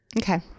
Okay